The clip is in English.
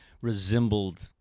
resembled